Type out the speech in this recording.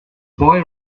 boy